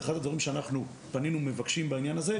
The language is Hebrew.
אחד הדברים שאנחנו פנינו ומבקשים בעניין הזה,